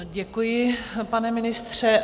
Děkuji, pane ministře.